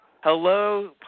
Hello